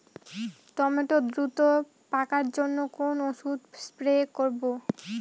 Tomato দ্রুত পাকার জন্য কোন ওষুধ স্প্রে করব?